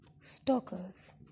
Stalkers